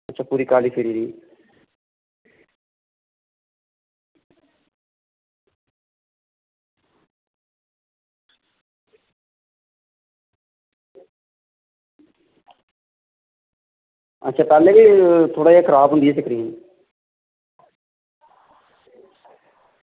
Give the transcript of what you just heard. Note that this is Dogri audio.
अच्छा पूरी काली फिरी दी अच्छा पैह्लें बी थोह्ड़ा जेहा खराब होंदी ही स्क्रीन